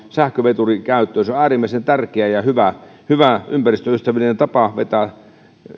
sähköveturin käyttöön se on äärimmäisen tärkeä ja hyvä ympäristöystävällinen tapa vetää